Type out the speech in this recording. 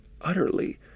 utterly